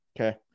okay